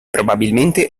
probabilmente